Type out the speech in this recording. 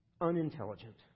unintelligent